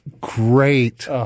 great